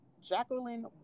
Jacqueline